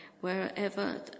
wherever